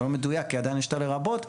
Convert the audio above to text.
זה לא מדויק, כי עדיין יש כאלה רבות.